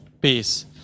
peace